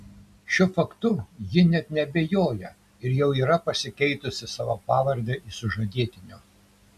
šiuo faktu ji net neabejoja ir jau yra pasikeitusi savo pavardę į sužadėtinio